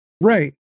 Right